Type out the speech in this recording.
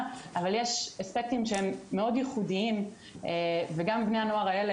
אבל יש אספקטים שהם מאוד ייחודיים וגם בני הנוער האלה